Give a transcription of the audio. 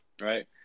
right